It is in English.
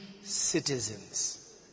citizens